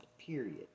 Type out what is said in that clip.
period